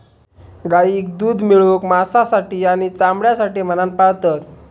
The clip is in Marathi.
गाईक दूध मिळवूक, मांसासाठी आणि चामड्यासाठी म्हणान पाळतत